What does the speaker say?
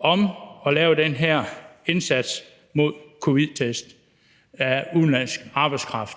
om at lave den her indsats for covid-19-test af udenlandsk arbejdskraft,